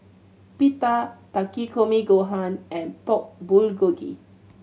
Pita Takikomi Gohan and Pork Bulgogi